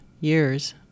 years